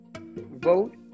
Vote